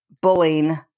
bullying